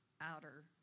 outer